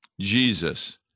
Jesus